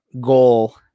goal